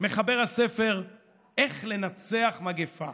מחבר הספר "איך לנצח מגפה"?